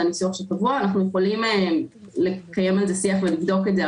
אנחנו יכולים לקיים על זה שיח ולבדוק את זה,